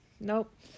Nope